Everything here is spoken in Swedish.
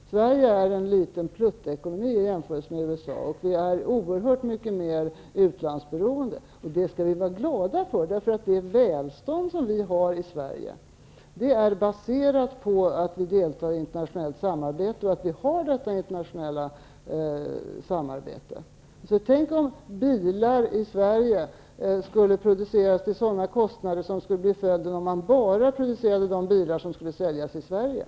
Sverige har en liten ''pluttekonomi'' i jämförelse med USA, och vi är oerhört mycket mer utlandsberoende. Det skall vi vara glada för. Det välstånd vi har i Sverige är baserat på att vi deltar i internationellt samarbete. Tänk om bilar skulle produceras i Sverige till sådana kostnader som skulle bli följden av att man bara producerade bilar för att sälja i Sverige.